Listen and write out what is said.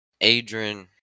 adrian